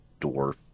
dwarf